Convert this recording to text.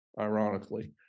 Ironically